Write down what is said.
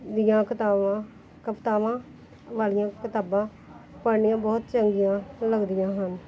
ਦੀਆਂ ਕਤਾਵਾਂ ਕਵਿਤਾਵਾਂ ਵਾਲੀਆਂ ਕਿਤਾਬਾਂ ਪੜ੍ਹਨੀਆਂ ਬਹੁਤ ਚੰਗੀਆਂ ਲੱਗਦੀਆਂ ਹਨ